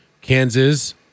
Kansas